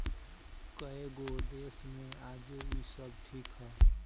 कएगो देश मे आजो इ सब ठीक ह